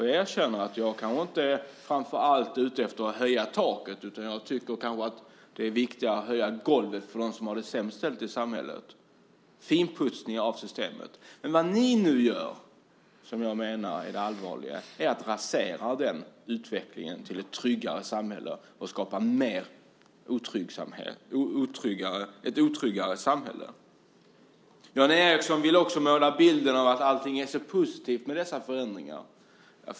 Jag erkänner att jag framför allt inte är ute efter att höja taket, utan jag tycker att det är viktigare att höja golvet för dem som har det sämst ställt i samhället - en finputsning av systemet. Det ni nu gör - och det menar jag är allvarligt - är att ni raserar en utveckling mot ett tryggare samhälle och skapar ett otryggare samhälle. Jan Ericson vill också måla upp bilden av att allting är så positivt med dessa förändringar.